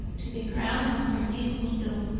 to the ground under this window,